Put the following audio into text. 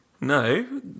No